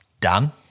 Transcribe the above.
done